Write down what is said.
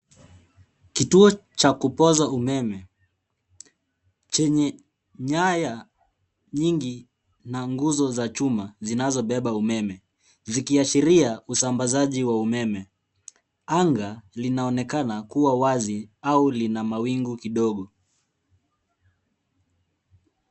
Kituo cha kupoza umeme chenye nyaya nyingi na nguzo za chuma zinazobeba umeme, zikiashiria usambazaji wa umeme. Anga linaonekana kuwa wazi au lina mawingu kidogo.